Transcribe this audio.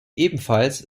ebenfalls